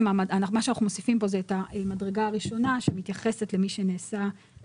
מה שאנחנו מוסיפים כאן זה את המדרגה הראשונה שמתייחסת ל-12